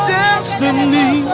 destiny